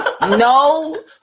no